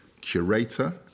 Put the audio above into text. curator